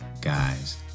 Guys